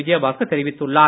விஜயபாஸ்கர் தெரிவித்துள்ளார்